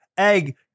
Egg